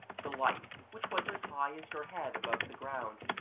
the light, which was as high as your head above the ground,